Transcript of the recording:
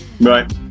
Right